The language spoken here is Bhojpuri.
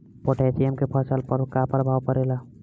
पोटेशियम के फसल पर का प्रभाव पड़ेला?